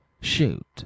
shoot